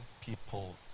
people